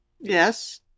Yes